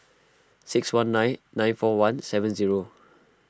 six one nine nine four one seven zero